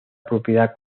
propiedad